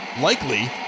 likely